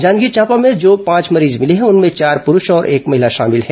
जांजगीर चांपा में जो पांच मरीज मिले हैं उनमें चार पुरूष और एक महिला शामिल हैं